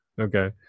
okay